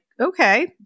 okay